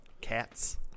Cats